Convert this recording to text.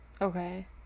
Okay